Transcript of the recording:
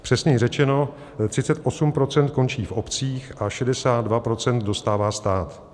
Přesněji řečeno, 38 % končí v obcích a 62 % dostává stát.